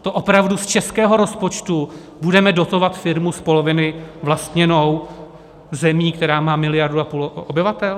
To opravdu z českého rozpočtu budeme dotovat firmu z poloviny vlastněnou zemí, která má 1,5 mld. obyvatel?